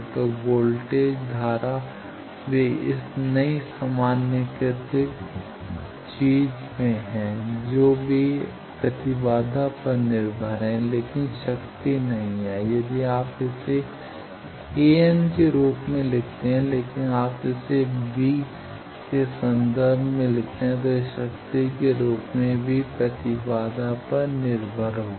तो वोल्टेज धारा वे इस नई सामान्यीकृत चीज में हैं जो वे प्रतिबाधा पर निर्भर हैं लेकिन शक्ति नहीं है यदि आप इसे an के रूप में लिखते हैं लेकिन अगर आप इसे V के संदर्भ में लिखते हैं तो यह शक्ति के रूप में भी प्रतिबाधा पर निर्भर होगी